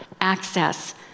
access